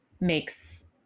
makes